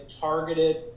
targeted